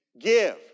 Give